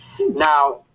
Now